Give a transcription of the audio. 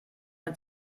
mit